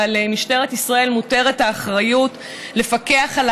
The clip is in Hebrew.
ועל משטרת ישראל מוטלת האחריות לפקח על